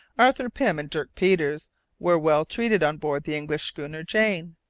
arthur pym and dirk peters were well treated on board the english schooner jane.